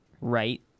right